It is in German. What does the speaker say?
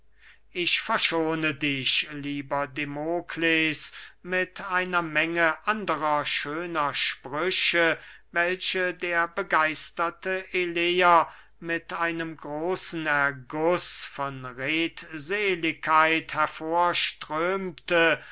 ich verschone dich lieber demokles mit einer menge anderer schöner sprüche welche der begeisterte eleer mit einem großen erguß von redseligkeit